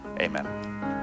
Amen